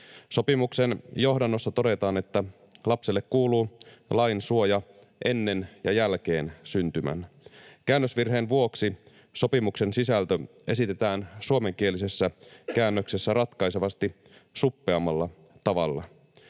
Sopimuksen johdannossa todetaan, että lapselle kuuluu lainsuoja ennen ja jälkeen syntymän. Käännösvirheen vuoksi sopimuksen sisältö esitetään suomenkielisessä käännöksessä ratkaisevasti suppeammalla tavalla.